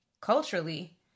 culturally